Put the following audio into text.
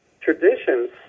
traditions